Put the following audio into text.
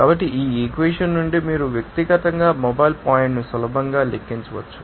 కాబట్టి ఈ ఈక్వెషన్ నుండి మీరు వ్యక్తిగతంగా మొబైల్ పాయింట్ను సులభంగా లెక్కించవచ్చు